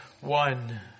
one